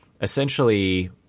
essentially